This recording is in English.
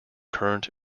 current